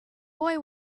boy